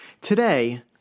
Today